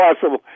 possible